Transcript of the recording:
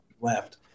left